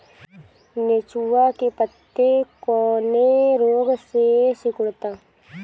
नेनुआ के पत्ते कौने रोग से सिकुड़ता?